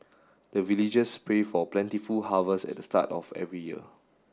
the villagers pray for plentiful harvest at the start of every year